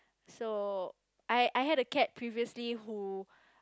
so I I had a cat previously who